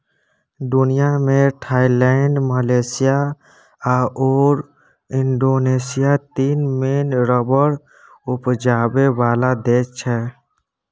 दुनियाँ मे Thailand, Malaysia आओर इंडोनेशिया तीन मेन रबर उपजाबै बला देश छै